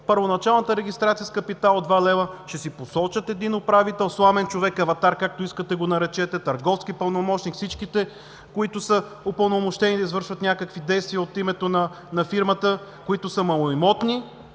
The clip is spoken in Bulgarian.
първоначалната регистрация с капитал от 2 лв. ще си посочат един управител – сламен човек, аватар, както искате го наречете, търговски пълномощник, всичките, които са упълномощени да извършват някакви действия от името на фирмата, които са малоимотни,